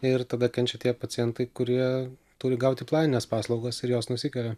ir tada kenčia tie pacientai kurie turi gauti planines paslaugas ir jos nusikelia